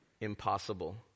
impossible